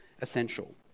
essential